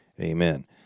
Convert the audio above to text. Amen